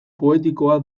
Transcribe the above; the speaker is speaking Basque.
poetikoa